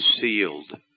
sealed